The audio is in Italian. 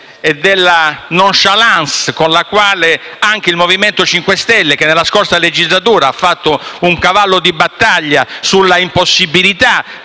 e della *nonchalance* con la quale anche il MoVimento 5 Stelle, che nella scorsa legislatura ha fatto un cavallo di battaglia l'impossibilità